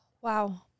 Wow